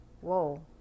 whoa